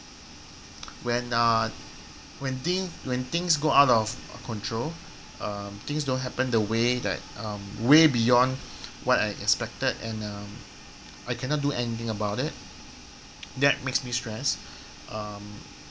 when uh when thin~ when things go out of control um things don't happen the way that um way beyond what I expected and um I cannot do anything about it that makes me stress um